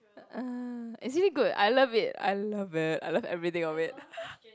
uh it's really good I love it I love it I love everything of it